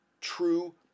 true